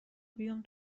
بیام